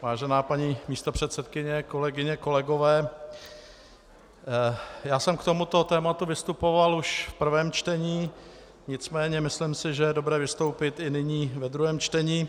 Vážená paní místopředsedkyně, kolegyně, kolegové, já jsem k tomuto tématu vystupoval už v prvém čtení, nicméně myslím si, že je dobré vystoupit i nyní ve druhém čtení.